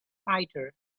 fighter